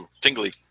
tingly